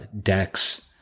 decks